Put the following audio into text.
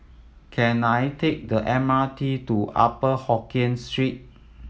can I take the M R T to Upper Hokkien Street